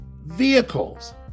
vehicles